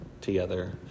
together